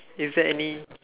is there any